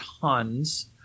tons